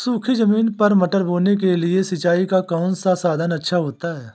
सूखी ज़मीन पर मटर बोने के लिए सिंचाई का कौन सा साधन अच्छा होता है?